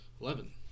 Eleven